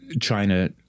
China